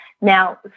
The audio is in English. Now